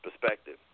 perspective